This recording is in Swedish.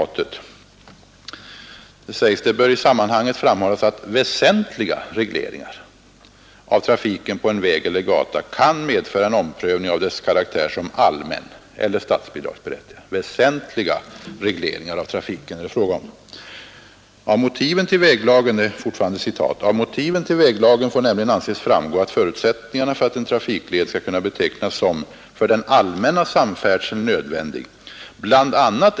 Vägverket skriver följande: ”Det bör i sammanhanget framhållas att väsentliga regleringar av trafiken på en väg eller gata kan medföra en omprövning av dess karaktär som allmän eller statsbidragsberättigad.” Det är alltså fråga om väsentliga regleringar i trafiken. Sedan säger vägverket: ”Av motiven till väglagen får nämligen anses framgå att förutsättningarna för att en trafikled skall kunna betecknas som ”för den allmänna samfärdseln nödvändig” bla.